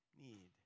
need